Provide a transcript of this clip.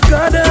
God